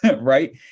right